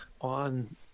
on